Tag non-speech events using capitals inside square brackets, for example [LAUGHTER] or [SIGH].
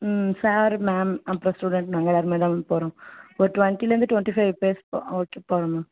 ம் sir ma'am அப்புறோம் student நாங்கள் எல்லாருமே தான் மேம் போகறோம் ஒரு டுவெண்ட்டிலேருந்து டுவெண்ட்டி ஃபைவ் பே [UNINTELLIGIBLE] ஓகே போகலாம் மேம்